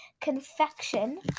confection